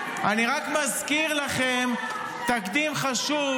--- אתה מדבר --- אני רק מזכיר לכם תקדים חשוב.